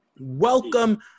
Welcome